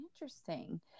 Interesting